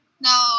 No